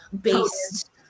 based